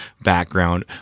background